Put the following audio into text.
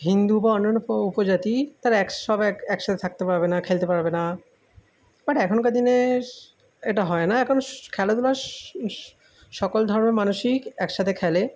হিন্দু বা অন্যান্য প উপজাতি তারা এক সব এক একসাথে থাকতে পারবে না খেলতে পারবে না বাট এখনকার দিনেস এটা হয় না এখনস খেলাধুলাস সকল ধর্মের মানুষই একসাথে খেলে